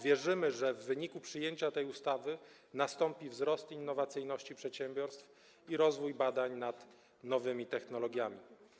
Wierzymy, że w wyniku uchwalenia tej ustawy nastąpi wzrost innowacyjności przedsiębiorstw i rozwój badań nad nowymi technologiami.